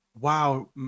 wow